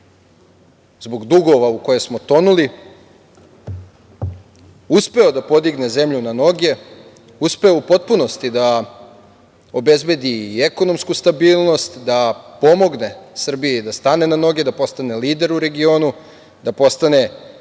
zbog dugova u koje smo tonuli, uspeo da podigne zemlju na noge, uspeo u potpunosti da obezbedi i ekonomsku stabilnost, da pomogne Srbiji da stane na noge, da postane lider u regionu, da postane